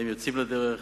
הם יוצאים לדרך,